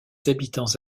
habitants